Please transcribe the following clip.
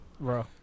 Bro